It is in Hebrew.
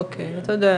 אוקיי, אתה יודע.